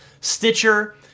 Stitcher